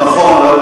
נכון.